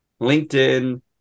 LinkedIn